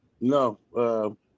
no